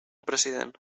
president